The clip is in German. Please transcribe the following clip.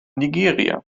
nigeria